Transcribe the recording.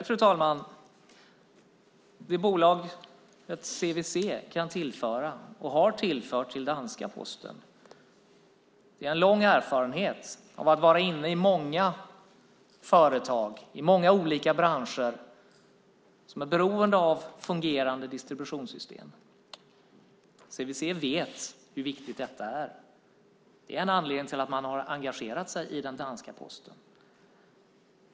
Fru talman! Det som bolaget CVC kan tillföra och har tillfört danska Posten är en lång erfarenhet av att vara inne i många företag, i många olika branscher som är beroende av fungerande distributionssystem. CVC vet hur viktigt detta är. Det är en anledning till att man har engagerat sig i den danska Posten.